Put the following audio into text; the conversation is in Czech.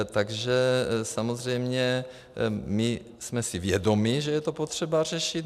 Takže samozřejmě my jsme si vědomi, že je to potřeba řešit.